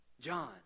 John